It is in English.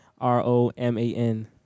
R-O-M-A-N